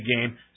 game